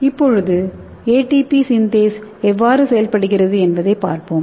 இப்போது ATP synthase எவ்வாறு செயல்படுகிறது என்பதைப் பார்ப்போம்